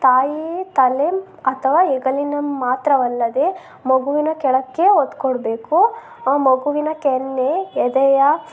ತಾಯಿ ತಲೆ ಅಥವಾ ಹೆಗಲಿನ ಮಾತ್ರವಲ್ಲದೇ ಮಗುವಿನ ಕೆಳಕ್ಕೆ ಒತ್ತುಕೊಡ್ಬೇಕು ಆ ಮಗುವಿನ ಕೆನ್ನೆ ಎದೆಯ